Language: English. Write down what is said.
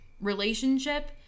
relationship